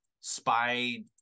spy